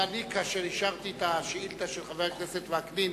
כאשר אישרתי את השאילתא של חבר הכנסת וקנין,